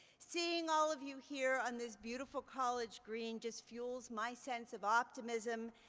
seeing all of you here on this beautiful college green just fuels my sense of optimism.